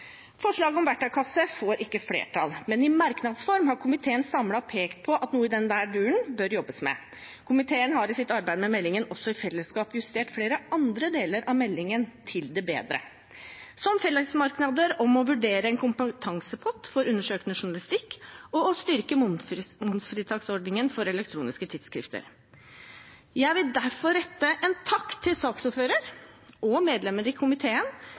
Forslaget om verktøykasse får ikke flertall, men i merknads form har komiteen samlet pekt på at noe i den duren bør det jobbes med. Komiteen har i sitt arbeid med meldingen også i fellesskap justert flere andre deler av meldingen til det bedre, som fellesmerknader om å vurdere en kompetansepott for undersøkende journalistikk og å styrke momsfritaksordningen for elektroniske tidsskrifter. Jeg vil derfor rette en takk til saksordføreren og medlemmer i komiteen